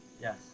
Yes